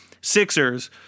Sixers